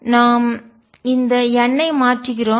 நாம் இந்த n ஐ மாற்றுகிறோம்